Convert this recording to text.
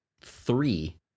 three